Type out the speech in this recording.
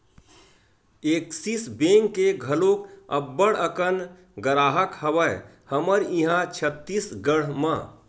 Axis bank के घलोक अब्बड़ अकन गराहक हवय हमर इहाँ छत्तीसगढ़ म